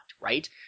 Right